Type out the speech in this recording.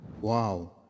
Wow